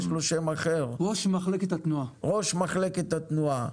ראש מחלקת התנועה.